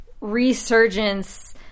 resurgence